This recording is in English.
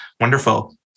wonderful